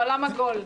העולם עגול.